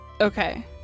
Okay